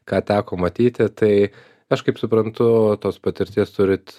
ką teko matyti tai aš kaip suprantu tos patirties turit